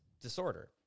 disorder